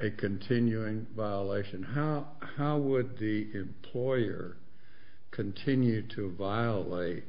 a continuing violation how how would the ploy or continue to violate